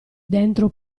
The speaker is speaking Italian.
dentro